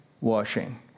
washing